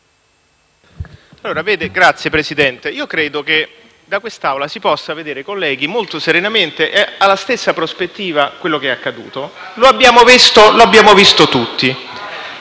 Signor Presidente, io credo che da quest'Aula si possa guardare molto serenamente da una stessa prospettiva a quello che è accaduto. Lo abbiamo visto tutti.